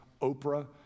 Oprah